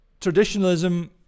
Traditionalism